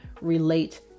relate